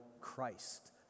Christ